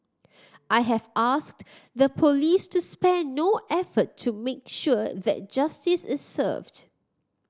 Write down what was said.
I have asked the police to spare no effort to make sure that justice is served